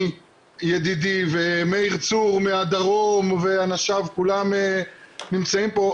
ידידי ומאיר צור מהדרום ואנשיו כולם נמצאים פה,